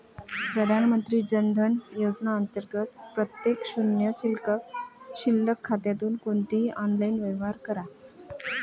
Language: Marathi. प्रधानमंत्री जन धन योजना अंतर्गत प्रत्येक शून्य शिल्लक खात्यातून कोणतेही ऑनलाइन व्यवहार करा